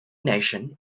nation